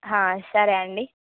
సరే అండి